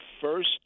first